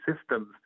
systems